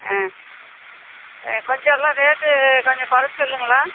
ஆ கொஞ்சம் எல்லாம் ரேட்டு கொஞ்சம் குறைச்சி சொல்லுங்க